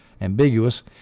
ambiguous